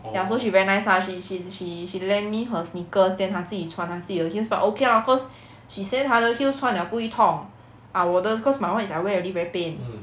ya so she very nice lah she she she she lend me her sneakers than 她自己穿她自己的 heels but okay lah cause she said 她的 heels 穿了不会痛 ah 我的 cause my [one] is like I wear already very pain